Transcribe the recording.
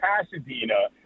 Pasadena